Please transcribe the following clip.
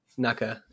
Naka